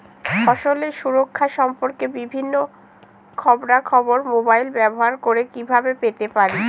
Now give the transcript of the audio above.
ফসলের সুরক্ষা সম্পর্কে বিভিন্ন খবরা খবর মোবাইল ব্যবহার করে কিভাবে পেতে পারি?